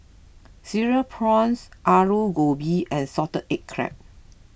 Cereal Prawns Aloo Gobi and Salted Egg Crab